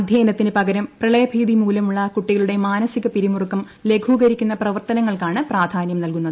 അധ്യയനത്തിന് പകരം പ്രളയഭീതി മൂലമുള്ള കുട്ടികളുടെ മാനസിക പിരിമുറുക്കം ലഘൂകരിക്കുന്ന പ്രവർത്തനങ്ങൾക്കാണ് പ്രാധാനൃം നൽകുന്നത്